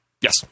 Yes